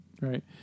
right